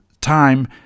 time